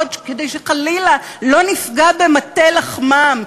כדי שחלילה לא נפגע במטה לחמם,